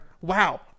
wow